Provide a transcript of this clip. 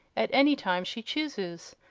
at any time she chooses.